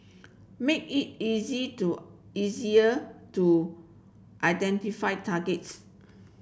make it easy to easier to identify targets